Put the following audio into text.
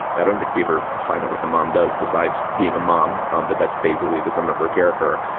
i don't think we ever find out what the mom does besides being a mom, um but that's basically the sum of her character.